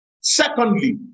Secondly